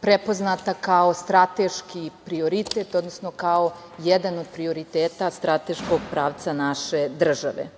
prepoznata kao strateški prioritet, odnosno kao jedan od prioriteta strateškog pravca naše države.